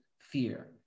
fear